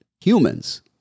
humans